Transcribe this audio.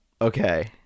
okay